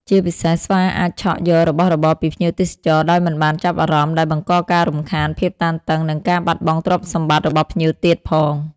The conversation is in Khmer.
ជាពិសេស ស្វាអាចឆក់យករបស់របរពីភ្ញៀវទេសចរដោយមិនបានចាប់អារម្មណ៍ ដែលបង្កការរំខាន ភាពតានតឹង និងការបាត់បង់ទ្រព្យសម្បត្តិរបស់ភ្ញៀវទៀតផង។